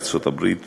ארצות-הברית,